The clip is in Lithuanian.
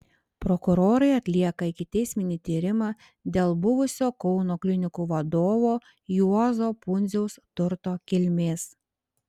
prokurorai atlieka ikiteisminį tyrimą dėl buvusio kauno klinikų vadovo juozo pundziaus turto kilmės